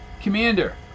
Commander